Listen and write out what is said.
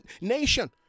nation